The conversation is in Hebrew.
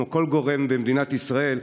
כמו כל גורם במדינת ישראל.